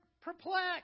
perplexed